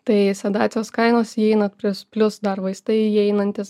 tai sedacijos kainos įeina plius plius dar vaistai įeinantys